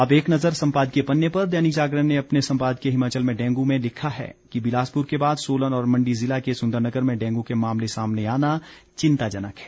अब एक नजर संपादकीय पन्ने पर दैनिक जागरण ने अपने संपादकीय हिमाचल में डेंगू में लिखा है कि बिलासपुर के बाद सोलन और मंडी जिला के सुंदरनगर में डेंगू के मामले सामने आना चिंताजनक है